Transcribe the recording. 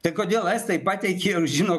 tai kodėl estai pateikė jau žino